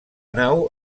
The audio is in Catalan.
nau